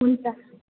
हुन्छ